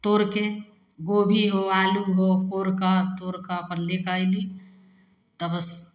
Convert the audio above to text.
तोड़िके गोभी हो आलू हो कोड़िके तोड़िके अपन लेके अएली तब